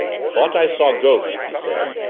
thought i saw ghost, he said,